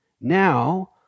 Now